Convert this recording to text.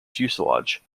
fuselage